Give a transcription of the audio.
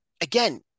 again